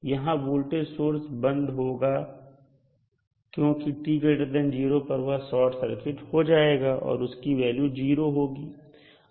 यहां voltage source बंद होगा क्योंकि t0 पर वह शॉर्ट सर्किट हो जाएगा और उसकी वैल्यू 0 होगी